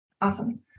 Awesome